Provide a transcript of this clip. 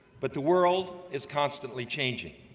but the world is constantly changing,